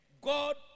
God